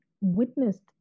witnessed